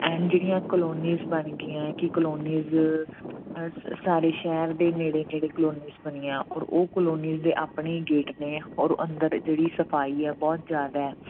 and ਜਿਹੜੀਆਂ colonies ਬਣ ਗਈਆਂ ਕਿ ਕਲੋਨੀਜ ਸਾਰੇ ਸ਼ਹਿਰ ਦੇ ਨੇੜੇ ਨੇੜੇ ਕਲੋਨੀਜ ਬਣੀਆਂ ਔਰ ਉਹ ਕਲੋਨੀ ਦੇ ਆਪਣੇ ਗੇਟ ਨੇ ਔਰ ਅੰਦਰ ਜਿਹੜੀ ਸਫ਼ਾਈ ਆ ਬਹੁਤ ਜ਼ਿਆਦਾ